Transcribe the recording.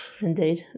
Indeed